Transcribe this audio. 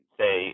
say